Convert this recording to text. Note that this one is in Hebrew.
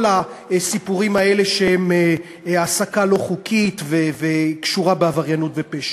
הסיפורים האלה של העסקה לא חוקית שקשורה בעבריינות ופשע.